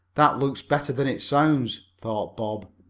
that looks better than it sounds, thought bob.